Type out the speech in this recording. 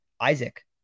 Isaac